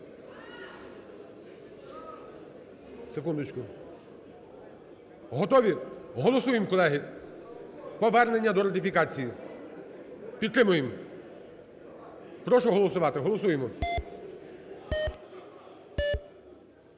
Секундочку. Готові? Голосуємо, колеги, повернення до ратифікації, підтримуємо. Прошу голосувати, голосуємо.